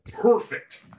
Perfect